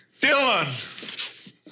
Dylan